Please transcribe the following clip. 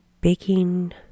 baking